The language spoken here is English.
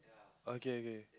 okay okay